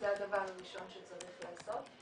זה הדבר הראשון שצריך לעשות.